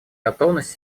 готовность